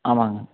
ஆமாங்க